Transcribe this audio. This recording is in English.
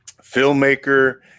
filmmaker